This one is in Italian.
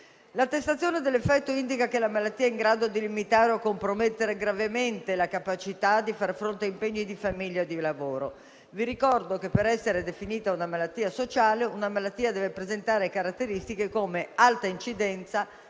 L'attestazione dell'effetto indica che la malattia è in grado di limitare o compromettere gravemente la capacità di far fronte agli impegni di famiglia e di lavoro. Vi ricordo che per essere definita sociale, una malattia deve presentare caratteristiche come alta incidenza,